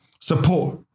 support